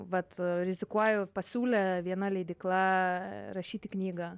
vat rizikuoju pasiūlė viena leidykla rašyti knygą